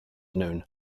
known